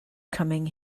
coming